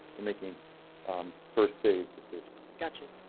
we're making first days, decisions, gotcha,